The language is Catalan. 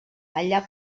allà